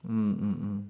mm mm mm